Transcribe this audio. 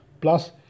plus